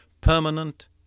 permanent